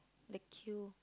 the queue